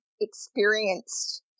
experienced